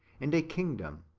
and a kingdom.